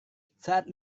saat